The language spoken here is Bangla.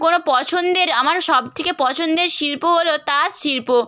কোনো পছন্দের আমার সবথেকে পছন্দের শিল্প হলো তাঁতশিল্প